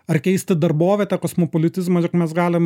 ar keisti darbovietę kosmopolitizmą tiesiog mes galim